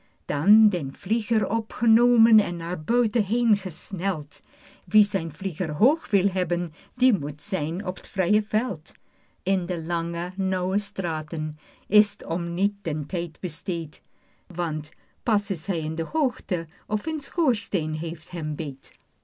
dan den vlieger opgenomen en naar buiten heengesneld wie zijn vlieger hoog wil hebben die moet zijn op t vrije veld in die lange nauwe straten is t om niet den tijd besteed want pas is hij in de hoogte of een schoorsteen heeft hem beet